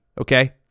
Okay